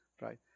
right